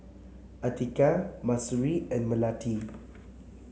Atiqah Mahsuri and Melati